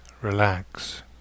relax